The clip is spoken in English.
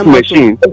machine